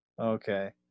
Okay